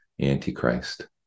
Antichrist